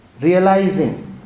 realizing